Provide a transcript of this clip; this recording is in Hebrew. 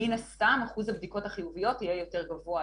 מן הסתם אחוז הבדיקות החיוביות יהיה יותר גבוה.